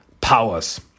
powers